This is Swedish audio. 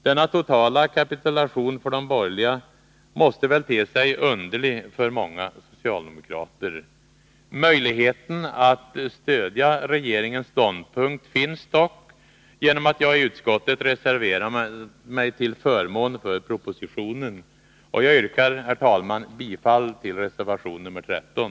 Denna totala kapitulation för de borgerliga måste väl te sig underlig för många socialdemokrater. Möjligheten att stödja regeringens ståndpunkt finns dock, genom att jag reserverat mig till förmån för propositionen. Jag yrkar, herr talman, bifall till reservation nr 13.